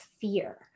fear